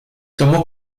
tomó